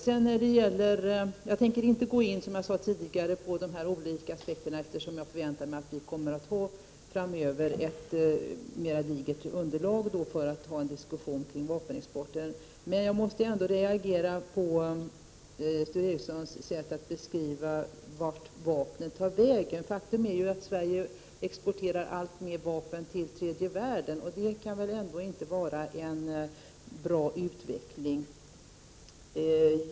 Som jag sade tidigare, tänker jag inte gå in på de olika aspekterna, eftersom jag förväntar mig att vi framöver kommer att få ett mera digert underlag för en diskussion om vapenexporten. Men jag måste ändå reagera på Sture Ericsons sätt att beskriva vart vapnen tar vägen. Faktum är ju att Sverige exporterar alltmer vapen till tredje världen, och det kan väl ändå inte vara en bra utveckling.